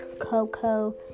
Coco